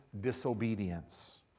disobedience